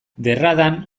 derradan